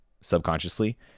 subconsciously